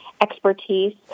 expertise